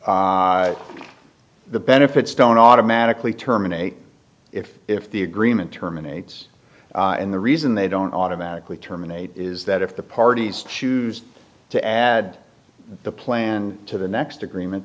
saying the benefits don't automatically terminate if if the agreement terminates and the reason they don't automatically terminate is that if the parties choose to add the plan to the next agreement